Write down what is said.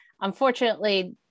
unfortunately